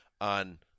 on